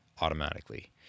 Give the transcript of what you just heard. automatically